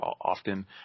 often